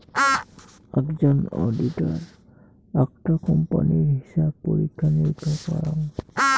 আকজন auditor আকটা কোম্পানির হিছাব পরীক্ষা নিরীক্ষা করাং